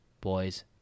boys